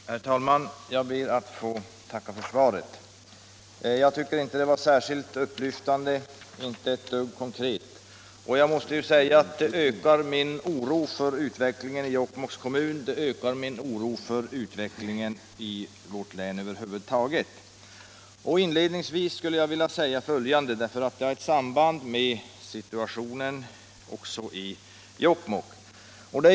Herr talman! Jag ber att få tacka för svaret. Jag tycker inte att svaret var särskilt upplyftande — inte ett dugg konkret — och jag måste säga att det ökar min oro för utvecklingen i Jokkmokks kommun, det ökar min oro för utvecklingen i vårt län över huvud taget. Inledningsvis vill jag säga följande, därför att det har ett samband med situationen också i Jokkmokk.